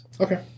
Okay